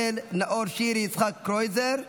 2495, 2496,